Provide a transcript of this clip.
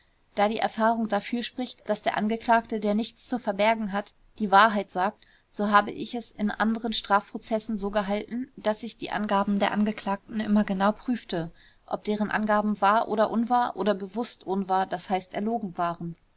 da die erfahrung dafür spricht daß der angeklagte der nichts zu verbergen hat die wahrheit sagt so habe ich es in anderen strafprozessen so gehalten daß ich die angaben der angeklagten immer genau prüfte ob deren angaben wahr oder unwahr oder bewußt unwahr d h erlogen waren